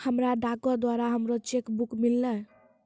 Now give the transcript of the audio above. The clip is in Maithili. हमरा डाको के द्वारा हमरो चेक बुक मिललै